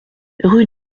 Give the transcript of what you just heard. rue